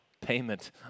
payment